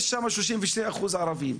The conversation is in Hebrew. יש שם 30% ערבים.